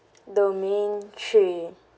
domain three